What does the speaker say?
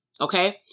Okay